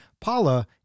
Paula